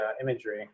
imagery